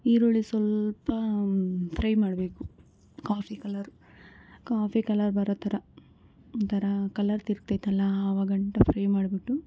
ಈರುಳ್ಳಿ ಸ್ವಲ್ಪ ಫ್ರೈ ಮಾಡಬೇಕು ಕಾಫಿ ಕಲರ್ ಕಾಫಿ ಕಲರ್ ಬರೋ ಥರ ಒಂಥರ ಕಲರ್ ತಿರ್ಗ್ತೈತಲ್ಲ ಆವಾಗಂಟ ಫ್ರೈ ಮಾಡಿಬಿಟ್ಟು